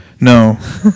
no